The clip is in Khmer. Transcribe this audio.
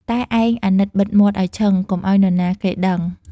តែឯងអាណិតបិទមាត់ឱ្យឈឹង កុំឱ្យនរណាគេដឹង